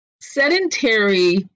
sedentary